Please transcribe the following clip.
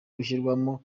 gushyirwamo